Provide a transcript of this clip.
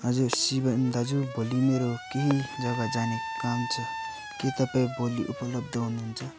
हजुर सिभम् दाजु भोलि मेरो केही जग्गा जाने काम छ के तपाईँ भोलि उपलब्ध हुनुहुन्छ